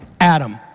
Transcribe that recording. Adam